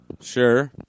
Sure